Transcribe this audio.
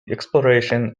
exploration